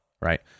Right